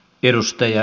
edustaja